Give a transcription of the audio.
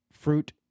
fruit